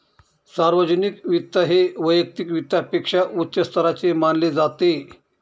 सार्वजनिक वित्त हे वैयक्तिक वित्तापेक्षा उच्च स्तराचे मानले जाते